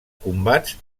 combats